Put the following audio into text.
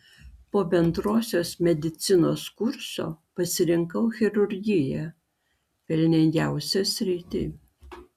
po bendrosios medicinos kurso pasirinkau chirurgiją pelningiausią sritį